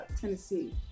tennessee